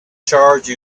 charge